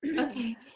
okay